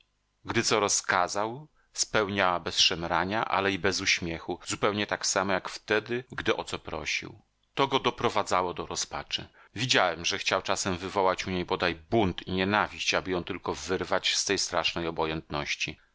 gdy co rozkazał spełniała bez szemrania ale i bez uśmiechu zupełnie tak samo jak wtedy gdy o co prosił to go doprowadzało do rozpaczy widziałem że chciał czasem wywołać u niej bodaj bunt i nienawiść aby ją tylko wyrwać z tej strasznej obojętności